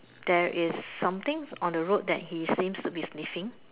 there is something on the road that he seems to be sniffing